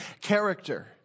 character